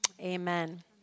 amen